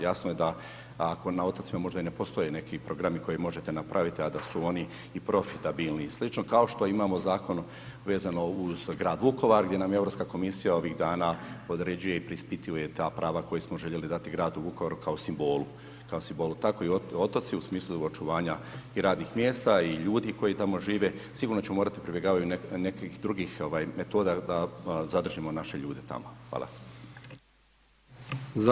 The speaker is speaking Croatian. Jasno je da ako na otocima možda i ne postoji neki programi koje možete napraviti a da su oni i profitabilni i sl., kao što imamo zakon vezano uz grad Vukovar, gdje nam Europska komisija ovih dana određuje i preispituje ta prava koje smo željeli dati gradu Vukovaru kao simbolu, tako i otoci u smislu očuvanja i radnih mjesta i ljudi koji tamo žive, sigurno ćemo morati pribjegavati nekim drugim metodama da zadržimo naše ljude tamo, hvala.